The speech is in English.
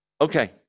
Okay